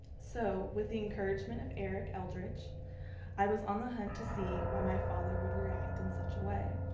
so with the encouragement of eric eldritch i was on the hunt to see why my father would react in such a way.